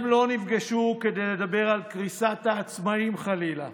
הם לא נפגשו כדי לדבר על קריסת העצמאים, חלילה,